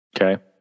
Okay